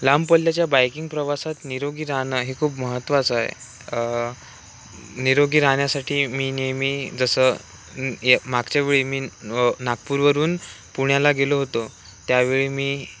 लांबपल्ल्याच्या biking प्रवासात निरोगी राहणं हे खूप महत्त्वाचं आहे निरोगी राहण्यासाठी मी नेहमी जसं मागच्या वेळी मी नागपूरवरून पुण्याला गेलो होतो त्यावेळी मी